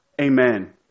Amen